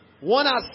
One